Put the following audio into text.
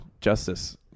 justice